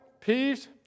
peace